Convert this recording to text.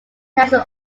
council